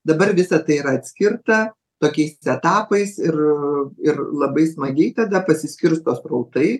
dabar visa tai yra atskirta tokiais etapais ir ir labai smagiai tada pasiskirsto srautai